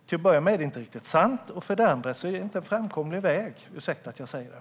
Till att börja med är det inte riktigt sant, och det är inte heller en framkomlig väg - ursäkta att jag säger det.